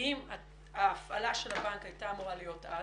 אם ההפעלה של הבנק הייתה אמורה להיות אז,